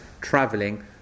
traveling